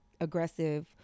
aggressive